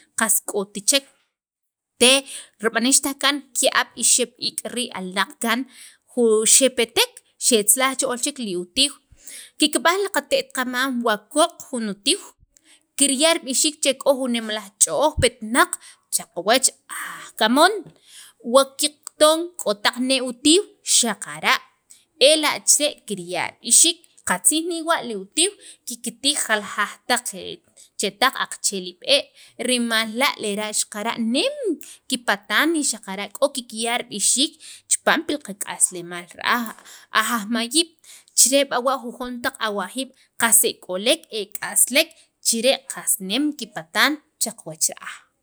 qas k'ot chel te rib'anixtaj kaan ki'ab' ixeb' iik' alnaq kan u xepetek xe tzalaj cha ool li utiiw kikb'aj qate't qamam wa koq' jun utiiw kirya' rib'ixiik che k'o jun nemalaj ch'ooj petnaq cha qawach aj kamoon wa kiqton k'o taq nee' utiiw xaqara' ela' chire' kirya' rib'oxiik qatzij newa' li utiiw kiktij jaljaq taq chetaq qaqche' li b'ee' rimal la' lera' xaqara'nim kipataan y xaqara' k'o kikya' rib'ixiik chipaam pil qak'aslemaal ra'aj aj mayiib' chire' b'awa' jujon taq awajiib' qas e k'olek e k'aslek chire' qas nem kipataan chiqa wach ra'aj.